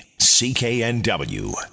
CKNW